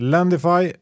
Landify